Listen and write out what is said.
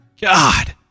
God